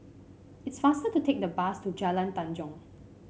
it's faster to take the bus to Jalan Tanjong